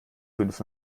fünf